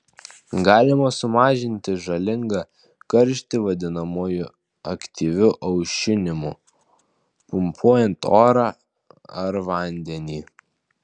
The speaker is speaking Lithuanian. galima sumažinti žalingą karštį vadinamuoju aktyviu aušinimu pumpuojant orą ar vandenį